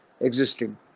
existing